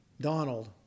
Donald